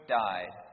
died